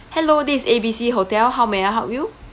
hello this is A B C hotel how may I help you